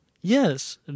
Yes